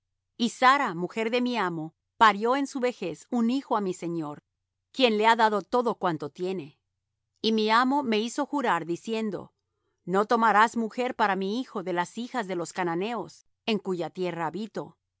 y sara mujer de mi amo parió en su vejez un hijo á mi señor quien le ha dado todo cuanto tiene y mi amo me hizo jurar diciendo no tomarás mujer para mi hijo de las hijas de los cananeos en cuya tierra habito